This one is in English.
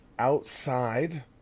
Outside